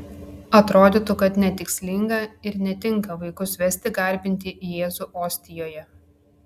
atrodytų kad netikslinga ir netinka vaikus vesti garbinti jėzų ostijoje